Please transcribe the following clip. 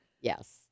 Yes